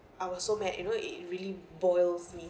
I was so mad you know it it really boils me